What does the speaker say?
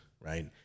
Right